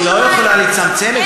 היא לא יכולה לצמצם,